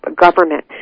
government